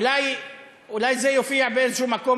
אולי זה יופיע אולי באיזה מקום,